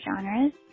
genres